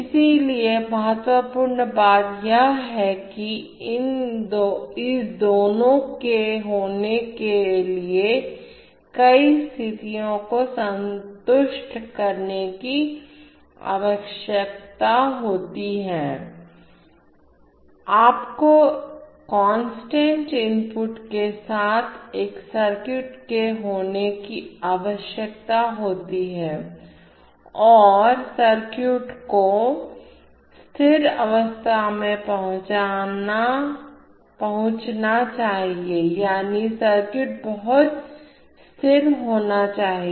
इसलिए महत्वपूर्ण बात यह है कि इस दोनों के होने के लिए कई स्थितियों को संतुष्ट करने की आवश्यकता होती है आपको कांस्टेंट इनपुट के साथ एक सर्किट के होने की आवश्यकता होती है और सर्किट को स्थिर अवस्था में पहुंचना चाहिए यानी सर्किट बहुत स्थिर होना चाहिए